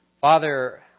Father